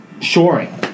shoring